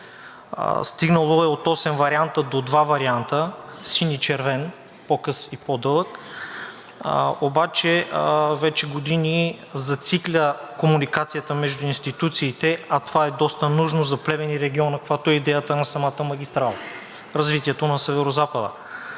Стигнало се е от осем варианта до два варианта – син и червен, по-къс и по-дълъг, обаче вече години зацикля комуникацията между институциите, а това е доста нужно за Плевен и региона, каквато е идеята на самата магистрала – развитието на Северозапада.